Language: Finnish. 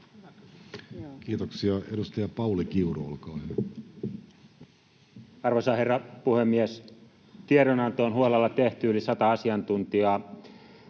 Kiitoksia. — Edustaja Pauli Kiuru, olkaa hyvä. Arvoisa herra puhemies! Tiedonanto on huolella tehty, yli sata asiantuntijaa.